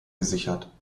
gesichert